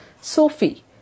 Sophie